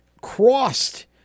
crossed